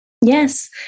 Yes